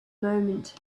moment